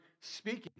speaking